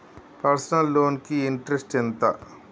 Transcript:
Personal loan కి interest ఎంత?